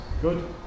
Good